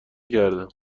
کردم